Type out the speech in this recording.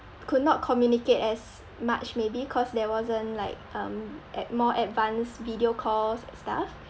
could not communicate as much maybe cause there wasn't like um ad~ more advanced video calls stuff